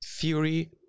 theory